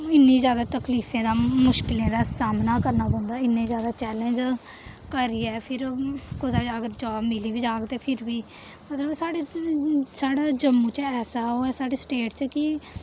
इ'न्नी जैदा तकलीफें दा मुश्कलें दा सामना करने पौंदा इ'न्ने जैदा चैलेंज करियै फिर कुतै अगर जाब मिली बी जाह्ग ते फिर बी मतलब साढ़े साढ़े जम्मू च ऐसा ओह् ऐ साढ़ी स्टेट च कि